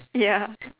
ya